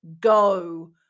go